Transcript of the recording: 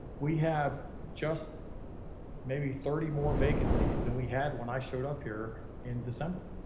we have just maybe thirty, more vacancies than we had when i showed up here in december,